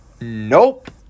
Nope